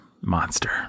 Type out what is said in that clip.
monster